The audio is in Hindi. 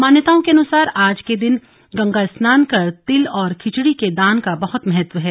मान्यताओं के अनुसार आज के दिन गंगा स्नान कर तिल और खिचड़ी के दान का बहत महत्व है